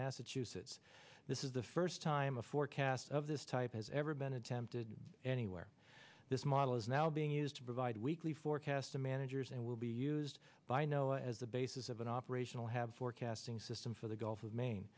massachusetts this is the first time a forecast of this type has ever been attempted anywhere this model is now being used to provide weekly forecasts to managers and will be used by no as the basis of an operational have forecasting system for the gulf of maine